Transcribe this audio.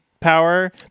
power